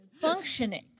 functioning